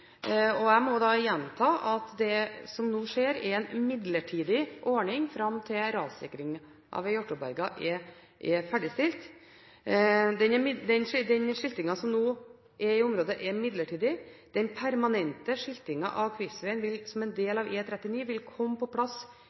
Jeg må gjenta at det som nå skjer, er en midlertidig ordning fram til rassikring av Hjartåberget er ferdigstilt. Den skiltingen som nå er i området, er midlertidig. Den permanente skiltingen av Kvivsvegen som en del av E39 vil komme på plass